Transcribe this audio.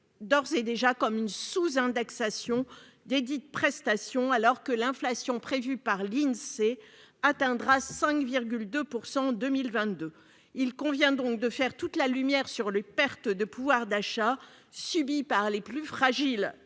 d'ores et déjà comme une sous-indexation desdites prestations alors que l'inflation prévue par l'Insee atteindra 5,2 % en 2022. Il convient donc de faire toute la lumière sur les pertes de pouvoir d'achat subies par les plus fragiles